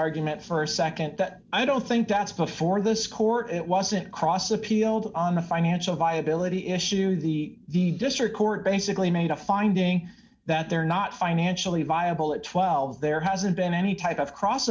argument for a nd that i don't think that's before this court it wasn't cross appealed on the financial viability issue the district court basically made a finding that they're not financially viable at twelve there hasn't been any type of cross